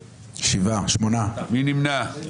מי נמנע?